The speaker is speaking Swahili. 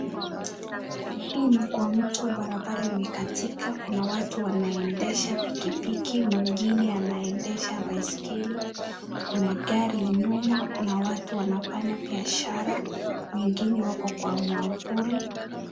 Hii ni kwa mto barabara imekatika kuna watu wanaendesha pikipiki mwingine anaedesha baiskeli. Kuna gari nyuma , kuna watu wanafanya biashara wengine wako kwa mwavuli.